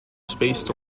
spaced